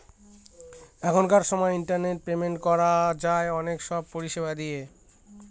এখনকার সময় internet payment করা যায় অনেক সব পরিষেবা দিয়ে